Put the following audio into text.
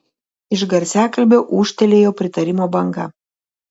iš garsiakalbio ūžtelėjo pritarimo banga